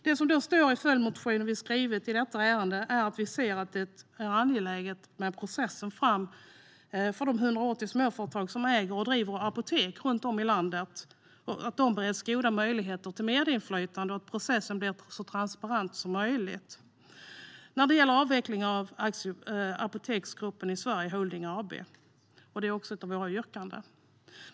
Det som står i den följdmotion vi skrivit i detta ärende är att vi ser att det är angeläget med en process som gör att de 180 småföretag som äger och driver apotek runt om i landet bereds goda möjligheter till medinflytande och att processen blir så transparent som möjligt när det gäller avvecklingen av Apoteksgruppen i Sverige Holding AB. Detta är också ett av våra yrkanden.